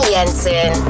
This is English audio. Jensen